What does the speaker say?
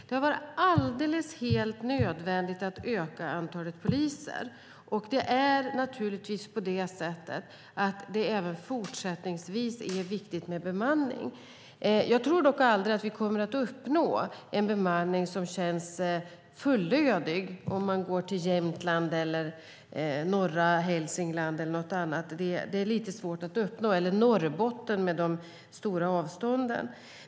Det har varit helt nödvändigt att öka antalet poliser, och det är naturligtvis även fortsättningsvis viktigt med bemanning. Men jag tror inte att vi någonsin kommer att uppnå en bemanning som känns fullödig när det gäller Jämtland, norra Hälsingland och Norrbotten, där man har stora avstånd. Det är lite svårt att uppnå.